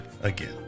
again